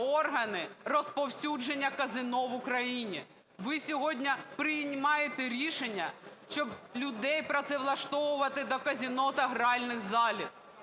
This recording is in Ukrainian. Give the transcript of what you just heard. органи розповсюдження казино в Україні. Ви сьогодні приймаєте рішення, щоб людей працевлаштовувати до казино та гральних залів.